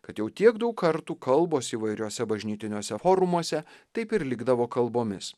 kad jau tiek daug kartų kalbos įvairiuose bažnytiniuose forumuose taip ir likdavo kalbomis